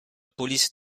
police